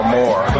more